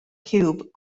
ciwb